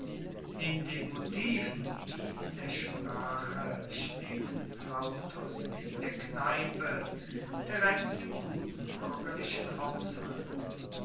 in den motiven wie in der sprache steht plautus in der kneipe terenz im guten bürgerlichen haushalt